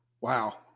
Wow